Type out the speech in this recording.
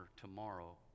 tomorrow